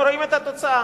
אנחנו רואים את התוצאה.